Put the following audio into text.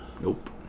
Nope